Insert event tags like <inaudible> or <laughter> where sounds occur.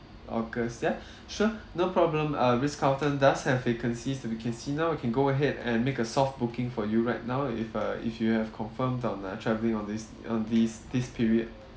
august ya <breath> sure <breath> no problem uh ritz carlton does have vacancies that we can see now we can go ahead and make a soft booking for you right now if uh if you have confirmed on uh travelling on this on this this period